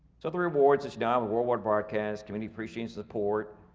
so the rewards is to um worldwide broadcast, committee appreciates support.